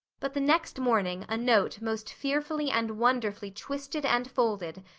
but the next morning a note most fearfully and wonderfully twisted and folded,